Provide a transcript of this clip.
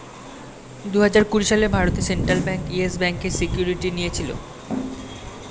দুহাজার কুড়ি সালে ভারতের সেন্ট্রাল ব্যাঙ্ক ইয়েস ব্যাঙ্কের সিকিউরিটি নিয়েছিল